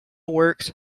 works